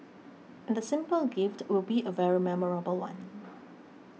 and the simple gift will be a very memorable one